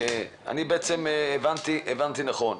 אני הבנתי נכון.